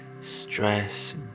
stress